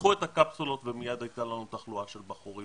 פתחו את הקפסולות ומייד הייתה לנו תחלואה של בחורים.